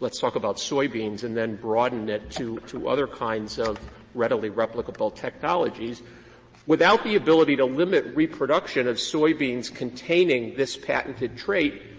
let's talk about soybeans and then broaden it to to other kinds of readily replicable technologies without the ability to limit reproduction of soybeans containing this patented trait,